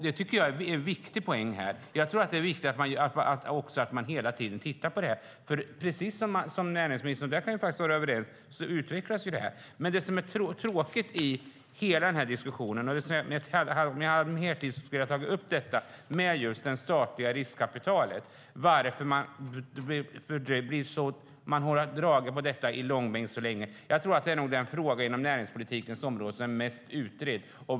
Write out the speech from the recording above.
Det tycker jag är en viktig poäng här. Jag tror att det är viktigt att man hela tiden tittar på det. För precis som näringsministern sade - där kan vi faktiskt vara överens - utvecklas det här. Men det finns något som är tråkigt i hela den här diskussionen. Om jag hade haft mer tid skulle jag ha tagit upp detta med det statliga riskkapitalet. Varför har man dragit detta i långbänk så länge? Det är nog den fråga inom näringspolitikens område som är mest utredd.